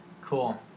Cool